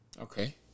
Okay